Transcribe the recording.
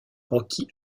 rocky